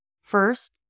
First